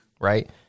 right